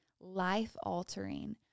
life-altering